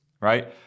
right